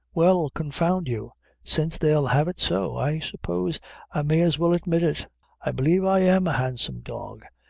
well, confound you since they'll have it so, i suppose i may as well admit it i believe i am a handsome dog,